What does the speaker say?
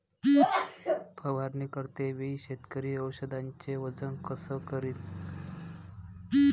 फवारणी करते वेळी शेतकरी औषधचे वजन कस करीन?